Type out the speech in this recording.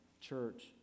church